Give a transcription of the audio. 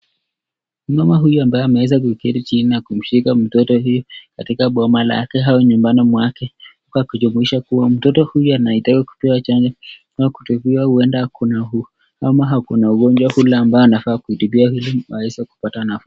Mama huyu ambaye ameweza kuketi chini na kumshika mtoto katika boma lake au nyumbani mwake kwa kujumuisha kua mtoto huyu anayetaka kupewa chanjo ama kutibiwa huenda ako na ugonjwa, ule ambao anafaa kutibiwa ili aweze kupata nafuu.